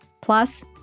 Plus